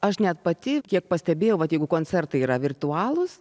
aš net pati kiek pastebėjau vat jeigu koncertai yra virtualūs